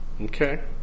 Okay